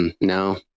No